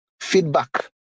feedback